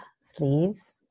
Sleeves